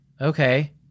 Okay